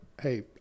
hey